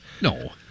No